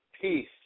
peace